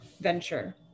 venture